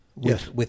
yes